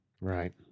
right